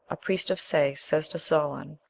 a priest of sais said to solon,